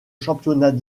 championnat